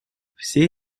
все